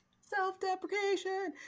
self-deprecation